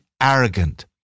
arrogant